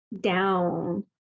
down